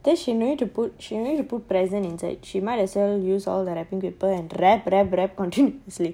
then she need to put she need to put present inside she might as well use all the wrapping paper and wrap wrap wrap wrap